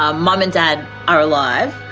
ah mom and dad are alive.